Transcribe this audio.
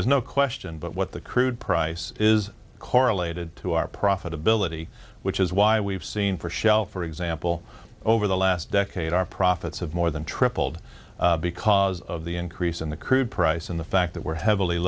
there's no question but what the crude price is correlated to our profitability which is why we've seen for shelf for example over the last decade our profits of more than tripled because of the increase in the crude price and the fact that we're heavily